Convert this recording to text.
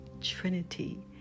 Trinity